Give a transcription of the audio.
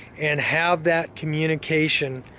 and have that communication